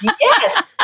Yes